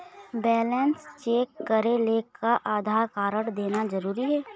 Balance check करेले का Aadhaar card देना जरूरी हे?